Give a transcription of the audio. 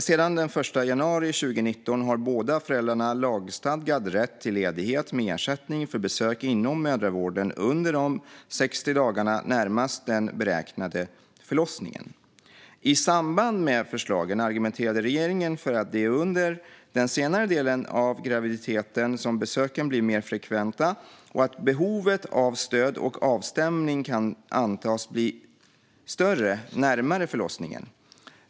Sedan den 1 januari 2019 har båda föräldrarna lagstadgad rätt till ledighet med ersättning för besök inom mödravården under de 60 dagarna närmast den beräknade förlossningen. I samband med förslagen argumenterade regeringen för att det är under den senare delen av graviditeten som besöken blir mer frekventa och att behovet av stöd och avstämning kan antas bli större närmare förlossningen.